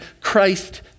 Christ